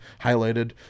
highlighted